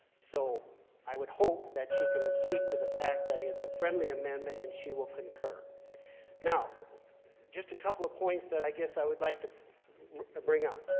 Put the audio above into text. so i would hope that she can speak to the fact that it's a friendly amendment, and she will concur now just a couple of points that i guess i would like to bring up